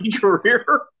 career